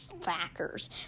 Fackers